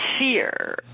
fear